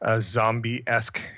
zombie-esque